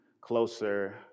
closer